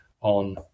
on